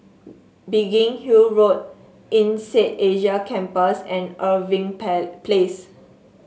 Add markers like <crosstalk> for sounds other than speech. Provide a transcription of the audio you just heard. Biggin Hill Road INSEAD Asia Campus and Irving <unintelligible> Place